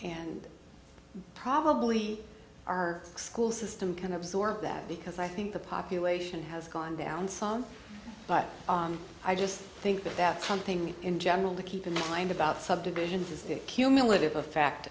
and probably our school system can absorb that because i think the population has gone down some but i just think that that's something we in general to keep in mind about subdivisions is the cumulative effect